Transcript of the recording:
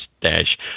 dash